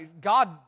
God